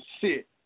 sit